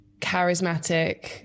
charismatic